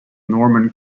norman